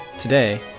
today